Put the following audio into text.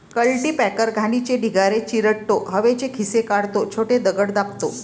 cultipacker घाणीचे ढिगारे चिरडतो, हवेचे खिसे काढतो, छोटे दगड दाबतो